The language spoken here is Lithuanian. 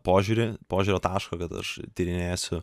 požiūrį požiūrio tašką kad aš tyrinėsiu